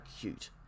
cute